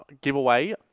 giveaway